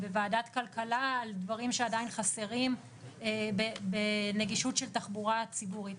בוועדת כלכלה על דברים שעדיין חסרים בנגישות של תחבורה ציבורית.